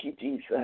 Jesus